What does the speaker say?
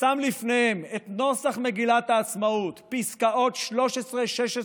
ושם לפניהם את נוסח מגילת העצמאות, פסקאות 13, 16,